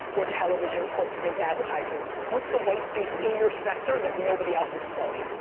or television, or print advertising? what's the white space in your sector that nobody else is filling?